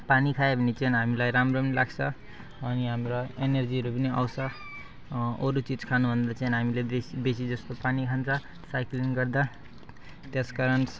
पानी खायो भने चाहिँ हामीलाई राम्रो पनि लाग्छ अनि हाम्रा एनर्जीहरू पनि आउँछ अरू चिज खानुभन्दा चाहिँ हामीले बेसीजस्तो पानी खान्छौँ साइक्लिङ गर्दा त्यस कारण